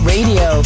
Radio